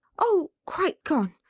oh quite gone!